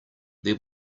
there